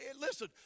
Listen